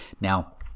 Now